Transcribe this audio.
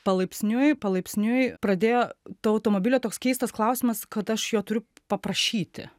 palaipsniui palaipsniui pradėjo to automobilio toks keistas klausimas kad aš jo turiu paprašyti